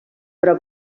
però